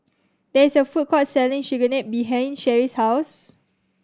there is a food court selling Chigenabe behind Sherie's house